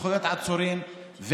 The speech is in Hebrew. זכויות עצורים,